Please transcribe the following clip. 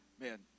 Man